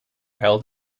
held